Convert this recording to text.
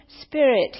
Spirit